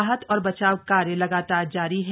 राहत और बचाव कार्य लगातार जारी है